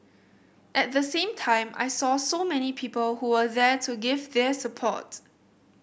at the same time I saw so many people who were there to give their support